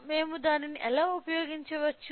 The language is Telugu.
మేము దానిని ఎలా ఉపయోగించుకోవచ్చు